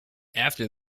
after